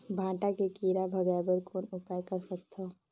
भांटा के कीरा भगाय बर कौन उपाय कर सकथव?